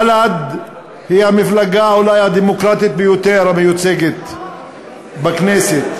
בל"ד היא המפלגה אולי הדמוקרטית ביותר המיוצגת בכנסת,